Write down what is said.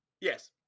Yes